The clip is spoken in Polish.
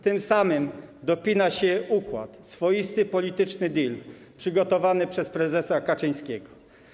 Tym samym dopina się układ, swoisty polityczny deal przygotowany przez prezesa Kaczyńskiego.